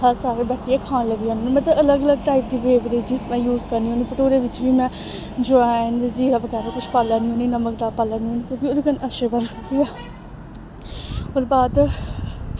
अस सारे बैठियै खान लगी पौने मतलब अलग अलग टाइप दी बेवरेज़िस में यूज़ करनी होन्नी भठूरे बिच्च बी में जवैन ज़ीरा बगैरा कुछ पाई लैन्नी होन्नी नमक पाई दा पाई लैन्नी होन्नी क्योंकि ओह्दे कन्नै अच्छे बनदे ठीक ऐ ओह्दे बाद